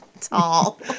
Tall